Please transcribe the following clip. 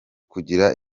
kugira